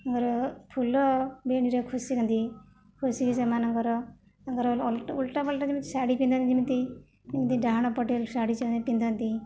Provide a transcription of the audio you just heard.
ଘର ଫୁଲ ବେଣୀରେ ଖୁସିଥାନ୍ତି ଖୁସିକି ସେମାନଙ୍କର ତାଙ୍କର ଓଲଟାପାଲଟା ଯେମିତି ଶାଢ଼ୀ ପିନ୍ଧନ୍ତି ଯେମିତି ଯେମିତି ଡାହାଣପଟେ ଶାଢ଼ୀ ସେ ପିନ୍ଧନ୍ତି